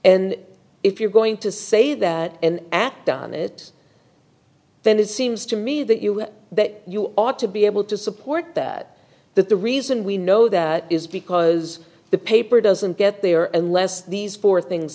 and if you're going to say that and act on it then it seems to me that you that you ought to be able to support that that the reason we know that is because the paper doesn't get there and less these four things